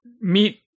meet